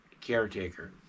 caretaker